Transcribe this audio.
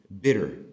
bitter